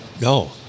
No